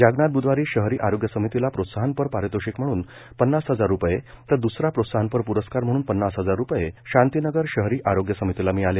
जागनाथ ब्धवारी शहरी आरोग्य समितीला प्रोत्साहनपर पारितोषिक म्हणून पन्नास हजार रुपये तर दुसरा प्रोत्साहनपर पुरस्कार म्हणून पन्नास हजार रुपये शांतीनगर शहरी आरोग्य समितीला मिळाले